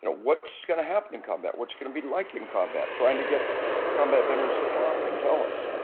and what's going to happen in combat? what's going to be like in combat? trying to get combat veterans to talk and tell us.